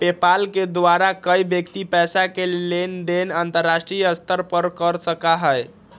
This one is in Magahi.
पेपाल के द्वारा कोई व्यक्ति पैसा के लेन देन अंतर्राष्ट्रीय स्तर पर कर सका हई